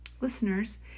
listeners